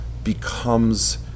becomes